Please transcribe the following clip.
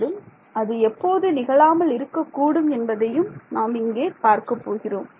மேலும் அது எப்போது நிகழாமல் இருக்கக் கூடும் என்பதையும் நாம் இங்கே பார்க்கப் போகிறோம்